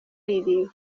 ziriya